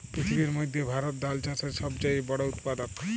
পিথিবীর মইধ্যে ভারত ধাল চাষের ছব চাঁয়ে বড় উৎপাদক